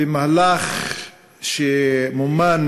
במהלך שמומן